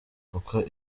kuko